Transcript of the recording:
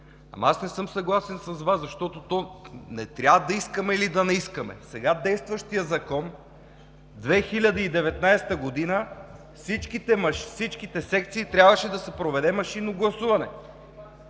Аз не съм съгласен с Вас, защото не трябва да искаме или да не искаме. В сега действащия Закон през 2019 г. във всичките секции трябваше да се проведе машинно гласуване.